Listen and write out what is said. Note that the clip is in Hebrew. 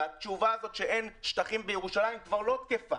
והתשובה הזאת שאין שטחים בירושלים כבר לא תקפה